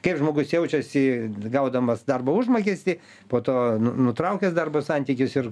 kaip žmogus jaučiasi gaudamas darbo užmokestį po to nu nutraukęs darbo santykius ir